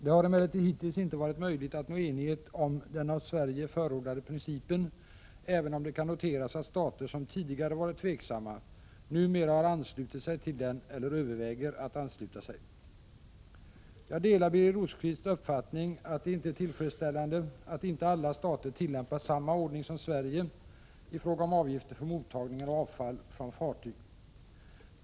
Det har emellertid hittills inte varit möjligt att nå enighet om den av Sverige förordade principen, även om det kan noteras att stater som tidigare varit tveksamma numera har anslutit sig till den eller överväger att ansluta sig. Jag delar Birger Rosqvists uppfattning att det inte är tillfredsställande att inte alla stater tillämpar samma ordning som Sverige i fråga om avgifter för | mottagning av avfall från fartyg.